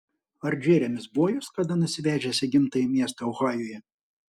ar džeremis buvo jus kada nusivežęs į gimtąjį miestą ohajuje